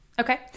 Okay